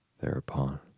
thereupon